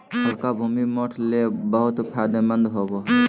हल्का भूमि, मोठ ले बहुत फायदेमंद होवो हय